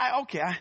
okay